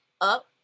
up